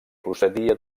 procedia